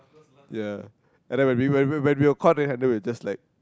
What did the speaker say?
ya and when we were when we were called to handle we were just like